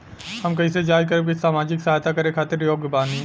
हम कइसे जांच करब की सामाजिक सहायता करे खातिर योग्य बानी?